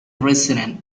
resident